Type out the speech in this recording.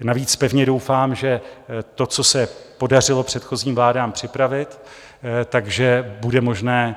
Navíc pevně doufám, že to, co se podařilo předchozím vládám připravit, bude možné